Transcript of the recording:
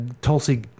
Tulsi